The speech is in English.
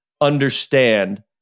understand